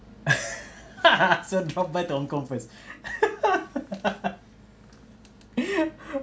so drop by to hong kong first